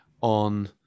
on